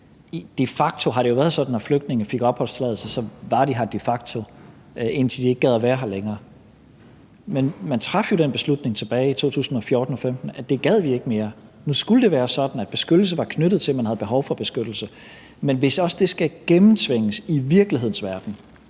De facto har det jo været sådan, når flygtninge fik opholdstilladelse, at de var her de facto, indtil de ikke gad at være her længere. Men man traf jo den beslutning tilbage i 2014 og 2015, hvor man sagde, at det gad vi ikke mere; nu skulle det være sådan, at beskyttelse var knyttet til, at man havde behov for beskyttelse. Men hvis det også skal gennemtvinges i virkelighedens verden,